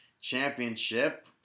Championship